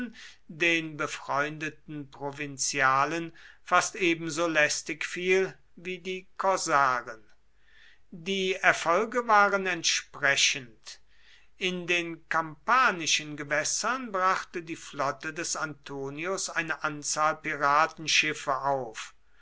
den befreundeten provinzialen fast ebenso lästig fiel wie die korsaren die erfolge waren entsprechend in den kampanischen gewässern brachte die flotte des antonius eine anzahl piratenschiffe auf